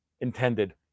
intended